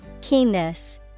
Keenness